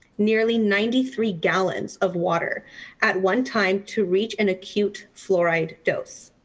nearly ninety three gallons of water at one time to reach an acute fluoride dose.